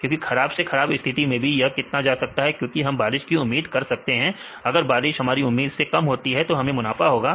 क्योंकि खराब से खराब स्थिति में भी यह कितना जा सकता है क्योंकि हम बारिश की उम्मीद कर रहे हैं अगर बारिश हमारी उम्मीद से कम होती है हमें मुनाफा होगा